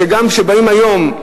שגם כשבאים היום,